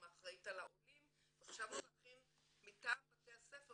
עם האחראית על העולים ועכשיו --- מטעם בתי הספר,